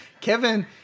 Kevin